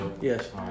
yes